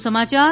વધુ સમાચાર